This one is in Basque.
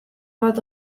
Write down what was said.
bat